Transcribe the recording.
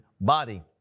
body